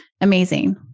amazing